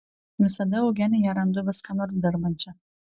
visada eugeniją randu vis ką nors dirbančią